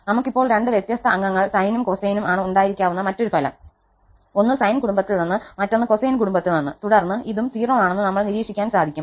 നമുക്ക് ഇപ്പോൾ രണ്ട് വ്യത്യസ്ത അംഗങ്ങൾ സൈനും കൊസൈനും ആണ് ഉണ്ടായിരിക്കാവുന്ന മറ്റൊരു ഫലം ഒന്ന് സൈൻ കുടുംബത്തിൽ നിന്ന് മറ്റൊന്ന് കൊസൈൻ കുടുംബത്തിൽ നിന്ന്തുടർന്ന് ഇതും 0 ആണെന്ന് നമ്മൾക്ക് നിരീക്ഷിക്കാൻ സാധിക്കും